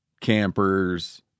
Campers